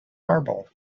marble